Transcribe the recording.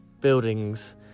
buildings